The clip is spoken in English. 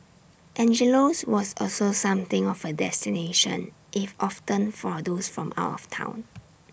Angelo's was also something of A destination if often for those from out of Town